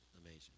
amazing